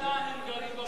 60 שנה הם גרים בבתים,